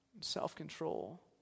self-control